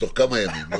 בתוך כמה ימים.